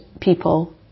people